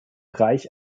reich